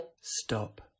Stop